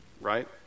right